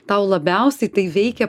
tau labiausiai tai veikia